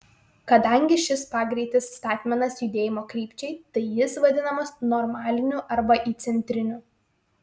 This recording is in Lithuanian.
kadangi šis pagreitis statmenas judėjimo krypčiai tai jis vadinamas normaliniu arba įcentriniu